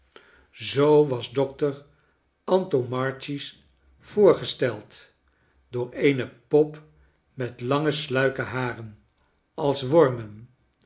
zoo was dr antomarchi voorgesteld door eene pop met lange sluike haren als wormen